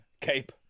Cape